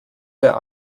der